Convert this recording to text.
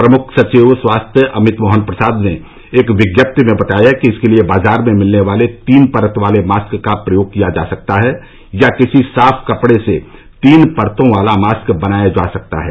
प्रमुख सचिव स्वास्थ्य अमित मोहन प्रसाद ने एक विज्ञप्ति में बताया कि इसके लिये बाजार में मिलने वाले तीन परत वाले मास्क का प्रयोग किया जा सकता है या किसी साफ कपड़े से तीन परतों वाला मास्क बनाया जा सकता है